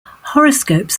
horoscopes